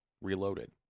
Reloaded